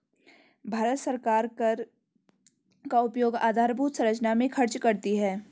भारत सरकार कर का उपयोग आधारभूत संरचना में खर्च करती है